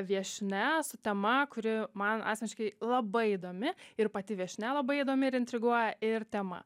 viešnia su tema kuri man asmeniškai labai įdomi ir pati viešnia labai įdomi ir intriguoja ir tema